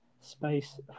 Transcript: space